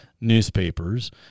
newspapers